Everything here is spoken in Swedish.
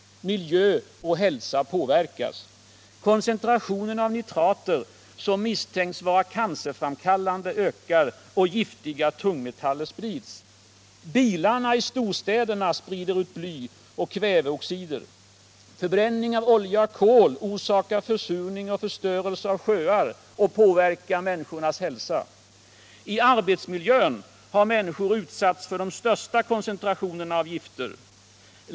Miljö och hälsa påverkas. Koncentrationen av nitrater, som misstänks vara cancerframkallande, ökar. Giftiga tungmetaller sprids. Bilarna i storstäderna sprider ut bly och kväveoxider. Förbränning av olja och kol orsakar försurning och förstörelse av sjöar och påverkar människors hälsa. I arbetsmiljön har människor utsatts för de största koncentrationerna av gifter.